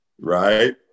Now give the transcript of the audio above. Right